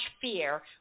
fear